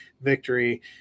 victory